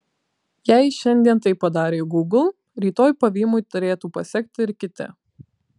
jei šiandien tai padarė gūgl rytoj pavymui turėtų pasekti ir kiti